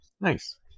Nice